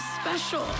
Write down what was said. special